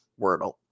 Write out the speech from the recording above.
Wordle